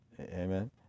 amen